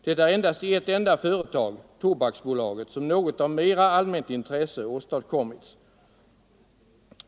Det är endast i ett enda företag —- Tobaksbolaget - som något av mera allmänt intresse åstadkommits.